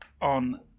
on